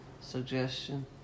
Suggestion